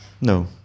No